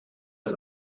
das